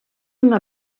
una